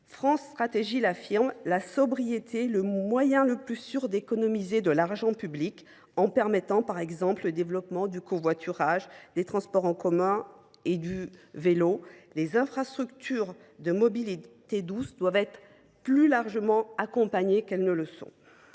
France Stratégie l’affirme : la sobriété est le moyen le plus sûr d’économiser de l’argent public en permettant, par exemple, le développement du covoiturage, des transports en commun et du vélo. Demain, les infrastructures de mobilité douce devront faire l’objet d’un accompagnement plus intensif.